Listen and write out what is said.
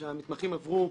שהמתמחים עברו,